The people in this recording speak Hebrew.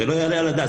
הרי לא יעלה על הדעת,